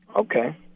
Okay